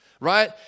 Right